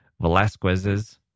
Velasquez's